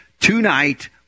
tonight